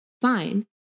fine